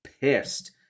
pissed